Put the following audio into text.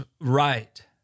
right